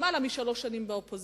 למעלה משלוש שנים באופוזיציה.